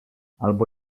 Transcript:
albo